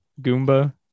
Goomba